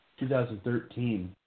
2013